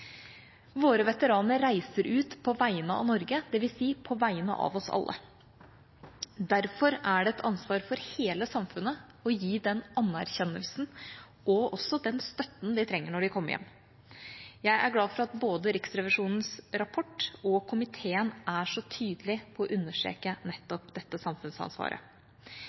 Våre veteraner reiser ut på vegne av Norge, dvs. på vegne av oss alle. Derfor er det et ansvar for hele samfunnet å gi dem den anerkjennelsen og også den støtten de trenger når de kommer hjem. Jeg er glad for at både Riksrevisjonens rapport og komiteen er så tydelig på å understreke nettopp dette samfunnsansvaret.